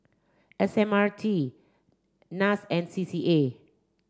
S M R T NAS and C C A